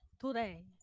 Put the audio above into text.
today